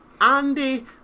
Andy